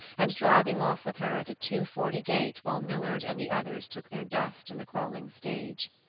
and driving off with her at a two-forty gait while millard and the others took their dust in the crawling stage.